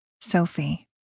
Sophie